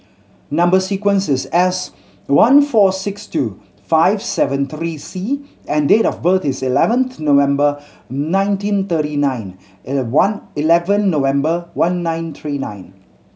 number sequence is S one four six two five seven three C and date of birth is eleventh November nineteen thirty nine one eleven November one nine three nine